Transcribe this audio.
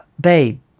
babe